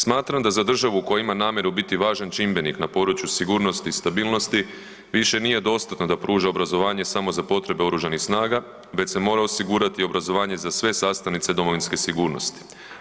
Smatram da za državu koja ima namjeru biti važan čimbenik na području sigurnosti i stabilnosti više nije dostatno da pruža obrazovanje samo za potrebe oružanih snaga već se mora osigurati obrazovanje za sve sastavnice domovinske sigurnosti.